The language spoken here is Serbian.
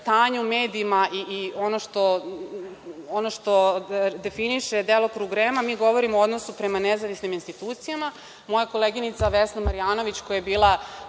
stanje u medijima i ono što definiše delokrug REM-a, mi govorimo o odnosu prema nezavisnim institucijama. Moja koleginica Vesna Marjanović, koja je bila